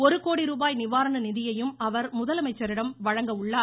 ஒரு கோடி ரூபாய் நிவாரண நிதியையும் அவர் முதலமைச்சரிடம் வழங்க உள்ளார்